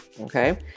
okay